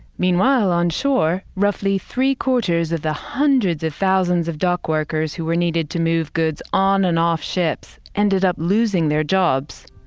meanwhile, on shore, roughly three-quarters of the hundreds of thousands of dockworkers, who were needed to move goods on and off ships, ended up losing their jobs.